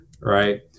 right